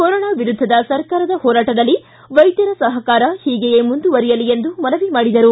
corona ವಿರುದ್ಧದ ಸರ್ಕಾರದ ಹೋರಾಟದಲ್ಲಿ ವೈದ್ಯರ ಸಹಕಾರ ಹೀಗೆಯೇ ಮುಂದುವರೆಯಲಿ ಎಂದು ಮನವಿ ಮಾಡಿದರು